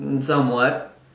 Somewhat